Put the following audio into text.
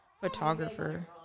photographer